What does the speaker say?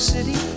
City